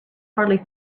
hardly